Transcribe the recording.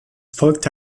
folgte